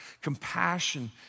compassion